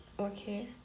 okay